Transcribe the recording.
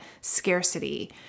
scarcity